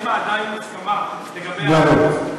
שעדיין אין הסכמה בממשלה לגבי האחוז.